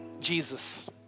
Jesus